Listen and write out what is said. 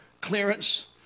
clearance